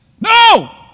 No